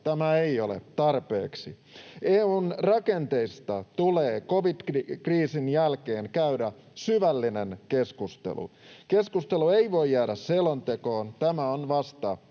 tämä ei ole tarpeeksi. EU:n rakenteista tulee covid-kriisin jälkeen käydä syvällinen keskustelu. Keskustelu ei voi jäädä selontekoon, tämä on vasta